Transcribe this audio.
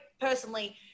personally